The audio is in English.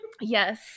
yes